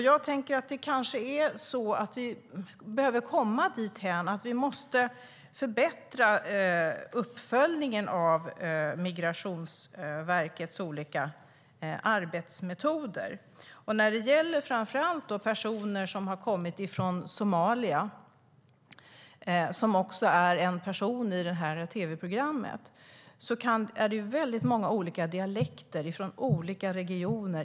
Vi behöver kanske komma dithän att vi förbättrar uppföljningen av Migrationsverkets olika arbetsmetoder.I tv-programmet var en person från Somalia med, och i Somalia finns det många olika dialekter och regioner.